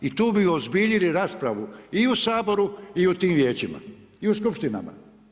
I tu bi uozbiljili raspravu i u Saboru i u tim vijećima i u skupštinama.